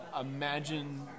imagine